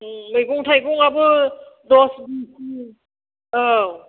मैगं थाइगङाबो दस औ